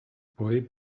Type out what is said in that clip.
boy